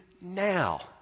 now